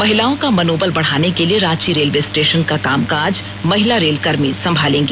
महिलाओं का मनोबल बढ़ाने के लिए रांची रेलवे स्टेशन का कामकाज महिला रेल कर्मी संभालेंगी